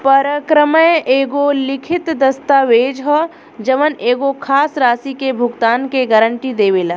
परक्रमय एगो लिखित दस्तावेज ह जवन एगो खास राशि के भुगतान के गारंटी देवेला